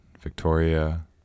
Victoria